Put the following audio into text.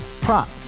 Prop